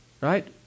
Right